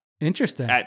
Interesting